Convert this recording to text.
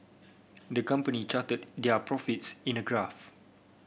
the company charted their profits in a graph